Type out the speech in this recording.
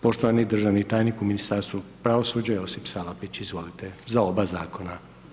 Poštovani državni tajnik u Ministarstvu pravosuđa, Josip Salapić izvolite, za oba zakona.